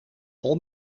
vol